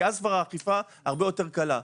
כי אז כבר האכיפה הרבה יותר קלה.